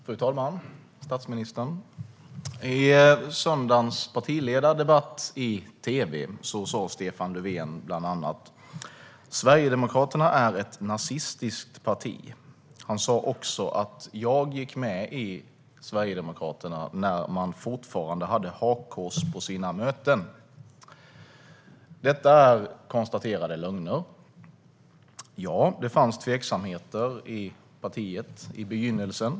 Fru talman, statsministern! I söndagens partiledardebatt i tv sa Stefan Löfven bland annat: Sverigedemokraterna är ett nazistiskt parti. Han sa också att jag gick med i Sverigedemokraterna när man fortfarande hade hakkors på sina möten. Detta är konstaterade lögner. Ja, det fanns tveksamheter i partiet i begynnelsen.